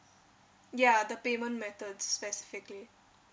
ya the payment methods specifically